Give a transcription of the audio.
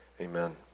Amen